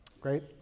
Great